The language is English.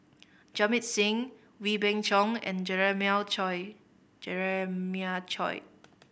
Jamit Singh Wee Beng Chong and Jeremiah Choy Jeremiah Choy